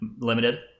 Limited